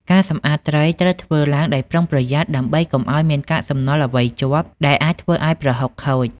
ការសម្អាតត្រីត្រូវធ្វើឡើងដោយប្រុងប្រយ័ត្នដើម្បីកុំឱ្យមានកាកសំណល់អ្វីជាប់ ដែលអាចធ្វើឱ្យប្រហុកខូច។